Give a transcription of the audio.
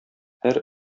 һәр